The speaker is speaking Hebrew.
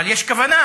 אבל יש כוונה,